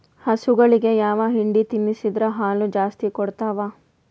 ಹಸುಗಳಿಗೆ ಯಾವ ಹಿಂಡಿ ತಿನ್ಸಿದರ ಹಾಲು ಜಾಸ್ತಿ ಕೊಡತಾವಾ?